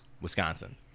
Wisconsin